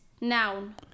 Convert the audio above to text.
noun